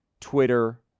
Twitter